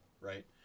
Right